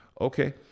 okay